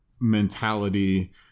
mentality